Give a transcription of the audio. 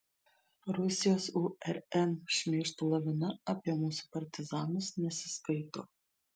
rusijos urm šmeižto lavina apie mūsų partizanus nesiskaito